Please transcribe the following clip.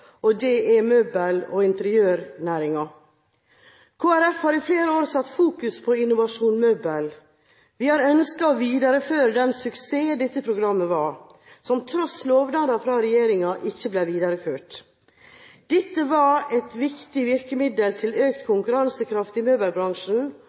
og det er møbel- og interiørnæringen Kristelig Folkeparti har i flere år fokusert på Innovasjon Møbel. Vi har ønsket å videreføre den suksessen dette programmet var, som tross lovnader fra regjeringen ikke ble videreført. Dette var et viktig virkemiddel for økt